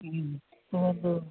ಹ್ಞೂ ಒಂದು